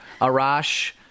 Arash